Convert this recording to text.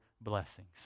blessings